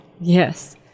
yes